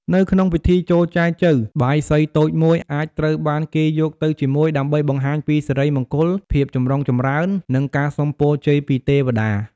នៅក្នុងពិធីចូលចែចូវ បាយសីតូចមួយអាចត្រូវបានគេយកទៅជាមួយ ដើម្បីបង្ហាញពី សិរីមង្គល ភាពចម្រុងចម្រើន និងការសូមពរជ័យពីទេវតា។